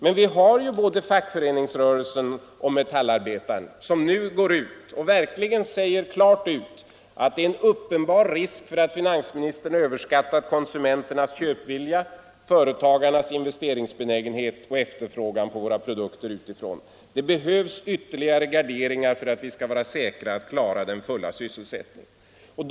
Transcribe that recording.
Men både fackföreningsrörelsen och Metallarbetaren säger ju nu klart ut att det finns en uppenbar risk för att finansministern överskattat konsumenternas köpvilja, företagarnas investeringsbenägenhet och efterfrågan utifrån på våra produkter. Det behövs ytterligare garderingar för att vi skall vara säkra på att klara den fulla sysselsättningen.